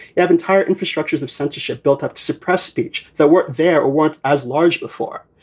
you have entire infrastructures of censorship built up to suppress speech that weren't there or weren't as large before.